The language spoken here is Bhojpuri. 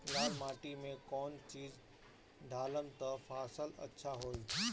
लाल माटी मे कौन चिज ढालाम त फासल अच्छा होई?